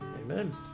Amen